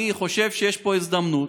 אני חושב שיש פה הזדמנות